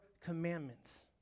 commandments